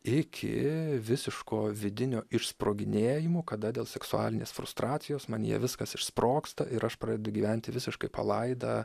iki visiško vidinio ir išsproginėjimo kada dėl seksualinės frustracijos manyje viskas išsprogsta ir aš pradedu gyventi visiškai palaidą